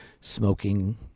smoking